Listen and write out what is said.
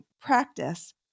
practice